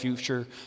future